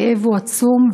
הכאב הוא עצום,